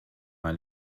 ein